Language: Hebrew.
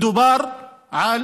מדובר על